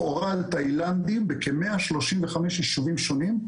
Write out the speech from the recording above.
לכאורה לתאילנדים בכ-135 יישובים שונים,